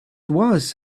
was